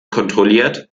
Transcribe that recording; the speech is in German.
kontrolliert